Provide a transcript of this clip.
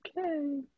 Okay